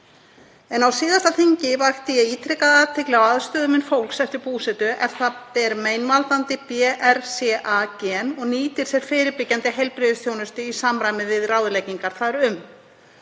Á síðasta þingi vakti ég ítrekað athygli á aðstöðumun fólks eftir búsetu ef það ber meinvaldandi BRCA-gen og nýtir sér fyrirbyggjandi heilbrigðisþjónustu í samræmi við ráðleggingar þar um.